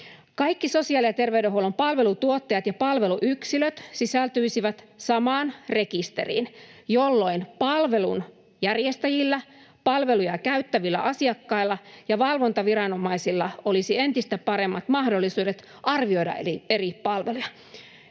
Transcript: Kaikki sosiaali- ja terveydenhuollon palveluntuottajat ja palveluyksiköt sisältyisivät samaan rekisteriin, jolloin palvelunjärjestäjillä, palveluja käyttävillä asiakkailla ja valvontaviranomaisilla olisi entistä paremmat mahdollisuudet arvioida eri palveluja.